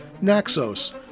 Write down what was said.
Naxos